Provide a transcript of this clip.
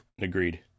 agreed